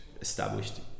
established